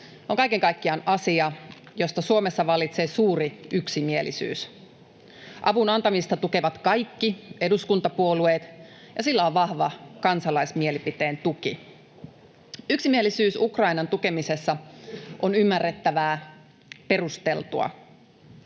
on kaiken kaikkiaan asia, josta Suomessa vallitsee suuri yksimielisyys. Avun antamista tukevat kaikki eduskuntapuolueet, ja sillä on vahva kansalaismielipiteen tuki. Yksimielisyys Ukrainan tukemisessa on ymmärrettävää ja perusteltua.